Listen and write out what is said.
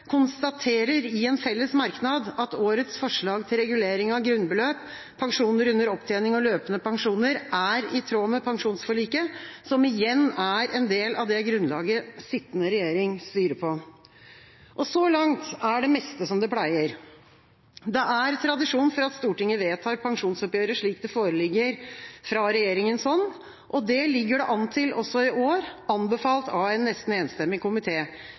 konstaterer i en felles merknad at årets forslag til regulering av grunnbeløp, pensjoner under opptjening og løpende pensjoner er i tråd med pensjonsforliket, som igjen er en del av det grunnlaget sittende regjering styrer på. Så langt er det meste som det pleier. Det er tradisjon for at Stortinget vedtar pensjonsoppgjøret slik det foreligger fra regjeringas hånd. Det ligger det an til også i år, anbefalt av en nesten enstemmig